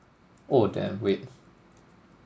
oh damn wait